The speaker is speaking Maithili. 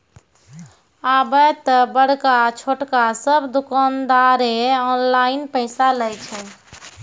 आबे त बड़का छोटका सब दुकानदारें ऑनलाइन पैसा लय छै